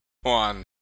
one